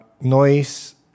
noise